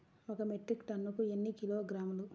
ఒక మెట్రిక్ టన్నుకు ఎన్ని కిలోగ్రాములు?